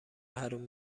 حروم